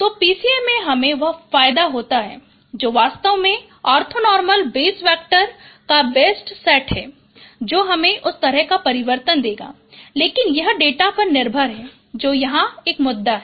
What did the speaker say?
तो PCA में हमें वह फायदा होता है जो वास्तव में ऑर्थोनॉर्मल बेस वैक्टर का बेस्ट सेट है जो हमें उस तरह का परिवर्तन देगा लेकिन यह डेटा पर निर्भर है जो यहाँ एक मुद्दा है